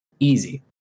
easy